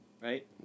right